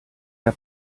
der